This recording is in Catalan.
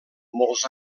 molts